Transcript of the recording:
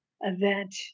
event